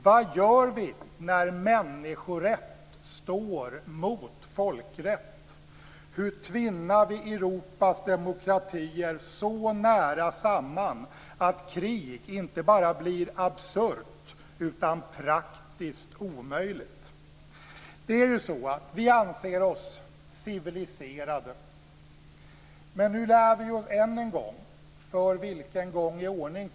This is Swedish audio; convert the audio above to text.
Vad gör vi när människorätt står mot folkrätt? Hur tvinnar vi Europas demokratier så nära samman att krig inte bara blir absurt utan praktiskt omöjligt? Vi anser oss civiliserade. Men nu lär vi oss än en gång att civilisationens hinna är tunn.